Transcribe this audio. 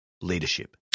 leadership